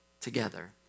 together